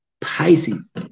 Pisces